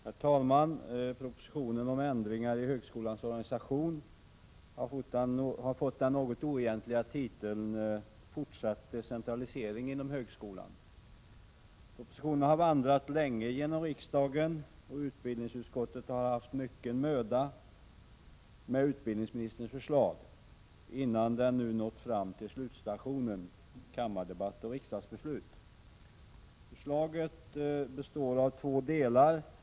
Herr talman! Propositionen om ändringar i högskolans organisation har fått den något oegentliga titeln Fortsatt decentralisering inom högskolan. Propositionen har vandrat länge genom riksdagen, och utbildningsutskottet har haft mycken möda med utbildningsministerns förslag innan propositionen nått fram till slutstationen, kammardebatt och riksdagsbeslut. Förslaget består av två delar.